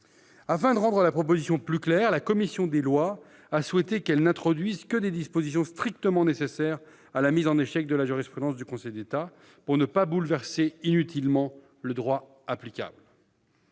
Afin de rendre la proposition plus claire, la commission des lois a souhaité qu'elle n'introduise que des dispositions strictement nécessaires à la mise en échec de la jurisprudence du Conseil d'État, pour ne pas bouleverser inutilement le droit applicable.